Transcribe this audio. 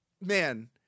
Man